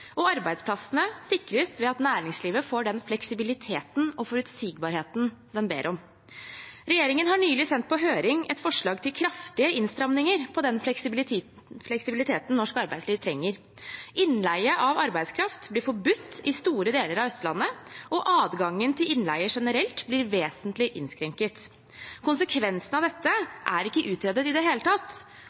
og arbeidsplassene sikres ved at næringslivet får den fleksibiliteten og forutsigbarheten de ber om. Regjeringen har nylig sendt på høring et forslag til kraftige innstramninger på den fleksibiliteten norsk arbeidsliv trenger. Innleie av arbeidskraft blir forbudt i store deler av Østlandet, og adgangen til innleie generelt blir vesentlig innskrenket. Konsekvensene av dette er ikke utredet i det hele tatt,